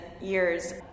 years